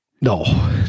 No